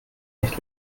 nicht